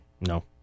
no